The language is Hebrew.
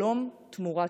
שלום תמורת